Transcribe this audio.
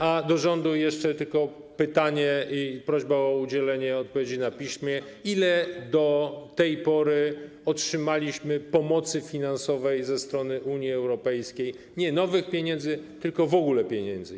A do rządu jeszcze tylko pytanie i prośba o udzielenie odpowiedzi na piśmie: Ile do tej pory otrzymaliśmy pomocy finansowej ze strony Unii Europejskiej - nie nowych pieniędzy, tylko w ogóle pieniędzy?